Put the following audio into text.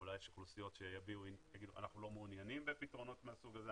אולי יש אוכלוסיות שיגידו 'אנחנו לא מעוניינים בפתרונות מהסוג הזה,